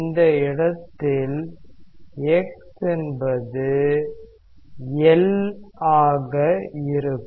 இந்த இடத்தில் x என்பது l ஆக இருக்கும்